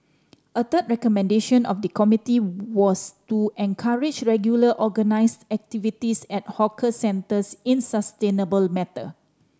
a third recommendation of the committee was to encourage regular organise activities at hawker centres in sustainable matter